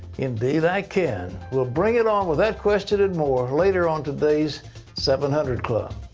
indeed i can. we'll bring it on with that question and more, later on today's seven hundred club.